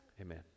Amen